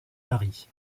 mari